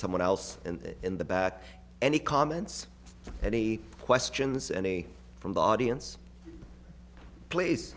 someone else and in the back any comments any questions any from the audience pl